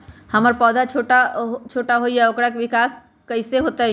हमर पौधा छोटा छोटा होईया ओकर विकास कईसे होतई?